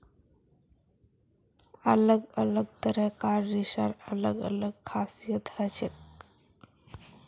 अलग अलग तरह कार रेशार अलग अलग खासियत हछेक